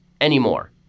anymore